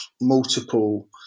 multiple